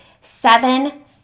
seven